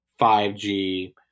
5G